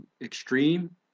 extreme